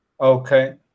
okay